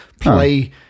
play